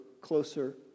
closer